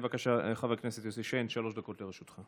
בבקשה, חבר הכנסת יוסי שיין, שלוש דקות לרשותך.